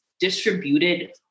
distributed